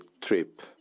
trip